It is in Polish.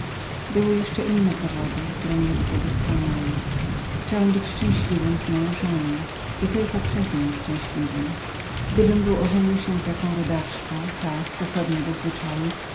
były jeszcze inne powody które mnie do tego skłaniały chciałem być szczęśliwym z moją żoną i tylko przez nią szczęśliwym gdybym był ożenił się z jaką rodaczką ta stosownie do zwyczajów